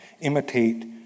imitate